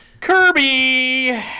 Kirby